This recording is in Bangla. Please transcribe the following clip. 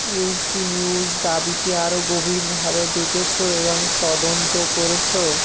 ইউকি নিউস দাবিটি আরও গভীরভাবে দেখেছো এবং তদন্ত করেছো